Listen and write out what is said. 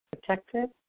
protected